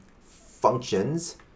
functions